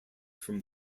from